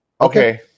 okay